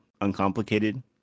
uncomplicated